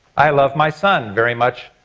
i love my son very much,